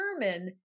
determine